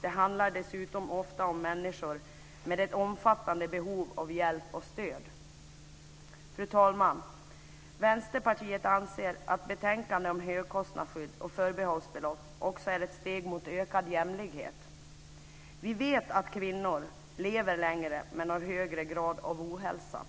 Det handlar dessutom ofta om människor med ett omfattande behov av hjälp och stöd. Fru talman! Vänsterpartiet anser att betänkandet om högkostnadsskydd och förbehållsbelopp också är ett steg mot ökad jämlikhet. Vi vet att kvinnor lever längre men har högre grad av ohälsa.